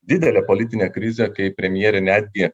didelė politinė krizė kai premjerė netgi